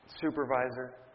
supervisor